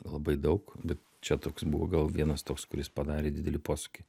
labai daug čia toks buvo gal vienas toks kuris padarė didelį posūkį